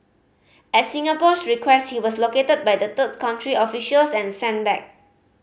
at Singapore's request he was located by the third country officials and sent back